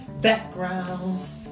backgrounds